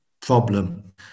problem